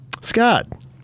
Scott